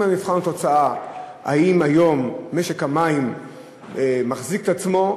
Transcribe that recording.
אם מבחן התוצאה הוא שהיום משק המים מחזיק את עצמו,